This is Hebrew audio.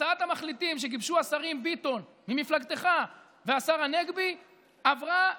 הצעת המחליטים שגיבשו השרים ביטון ממפלגתך והשר הנגבי עברה,